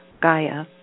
Gaia